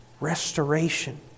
restoration